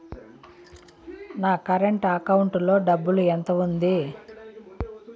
నా current account లో డబ్బులు ఎంత ఉంది?